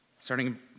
Starting